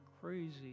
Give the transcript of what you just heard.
crazy